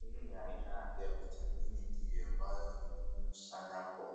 Hii ni aina ya vitamini D ambayo ni muhimu sana kwa